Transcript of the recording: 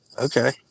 okay